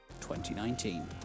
2019